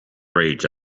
rage